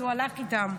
אז הוא הלך איתם.